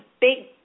big